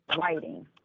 writing